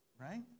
Right